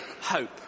hope